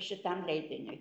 šitam leidiniui